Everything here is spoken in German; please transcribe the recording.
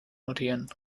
notieren